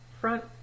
front